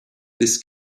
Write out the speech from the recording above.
this